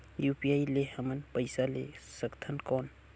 UPI ले हमन पइसा ले सकथन कौन?